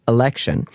election